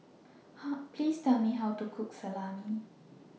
Please Tell Me How to Cook Salami